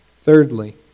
Thirdly